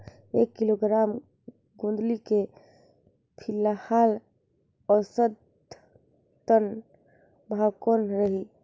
एक किलोग्राम गोंदली के फिलहाल औसतन भाव कौन रही?